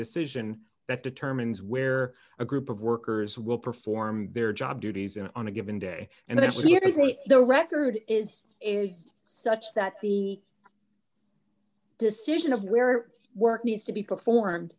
decision that determines where a group of workers will perform their job duties in on a given day and actually it is on the record is is such that he decision of where work needs to be performed